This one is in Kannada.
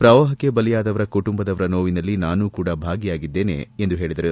ಪ್ರವಾಹಕ್ಕೆ ಬಲಿಯಾದವರ ಕುಟುಂಬದವರ ನೋವಿನಲ್ಲಿ ನಾನು ಭಾಗಿಯಾಗಿದ್ದೇನೆ ಎಂದು ಹೇಳಿದರು